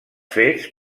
fets